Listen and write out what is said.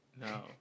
No